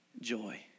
joy